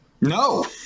No